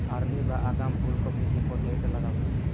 Early বা আগাম ফুল কপি কি পদ্ধতিতে লাগাবো?